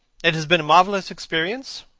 it has been a marvellous experience.